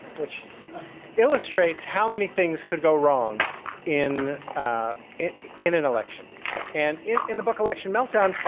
which illustrates how many things could go wrong in it in an election and in in the book election meltdown.